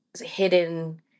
hidden